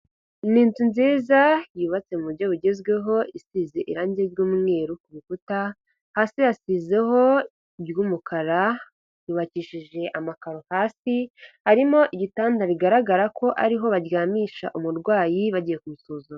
Ni inzu nziza yubatse mu buryo bugezweho, isize irangi ry'umweru ku rukuta, hasi yasizeho iry'umukara, yubakishije amakaro hasi, harimo igitanda, bigaragara ko ariho baryamisha umurwayi bagiye kubisuzuma.